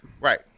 Right